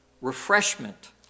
refreshment